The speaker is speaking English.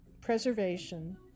preservation